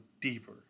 deeper